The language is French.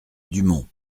dumont